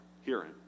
hearing